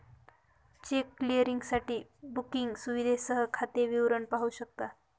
check क्लिअरिंगसाठी banking सुविधेसह खाते विवरण पाहू शकता